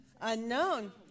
Unknown